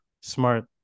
smart